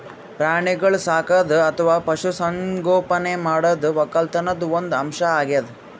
ಪ್ರಾಣಿಗೋಳ್ ಸಾಕದು ಅಥವಾ ಪಶು ಸಂಗೋಪನೆ ಮಾಡದು ವಕ್ಕಲತನ್ದು ಒಂದ್ ಅಂಶ್ ಅಗ್ಯಾದ್